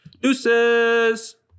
Deuces